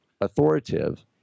authoritative